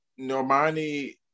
Normani